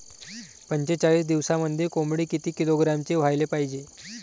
पंचेचाळीस दिवसामंदी कोंबडी किती किलोग्रॅमची व्हायले पाहीजे?